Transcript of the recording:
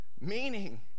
Meaning